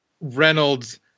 Reynolds